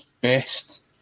best